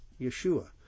yeshua